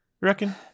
reckon